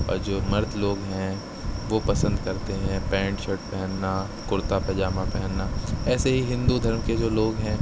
اور جو مرد لوگ ہیں وہ پسند کرتے ہیں پینٹ شرٹ پہننا کُرتا پائجامہ پہننا ایسے ہی ہندو دھرم کے جو لگ ہیں